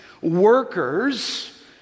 Workers